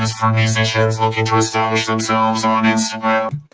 for musicians looking to establish themselves on instagram?